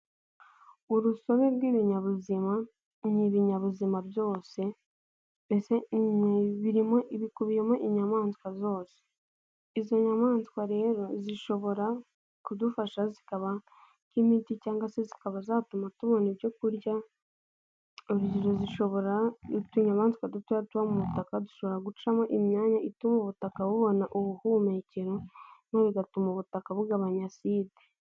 Urusobe rw'ibinyabuzima ni ibinyabuzima byose mbese bikubiyemo inyamaswa zose izo nyamaswa rero zishobora kudufasha zikaba nk'imiti cyangwa se zikaba zatuma tubona ibyo kurya zishobora n'utunyamaswa duto duba mu butaka dushobora gucamo imyanya ituma ubutaka bubona ubuhumekero bigatuma ubutaka bugabanya aside.